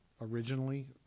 originally